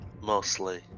Mostly